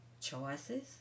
choices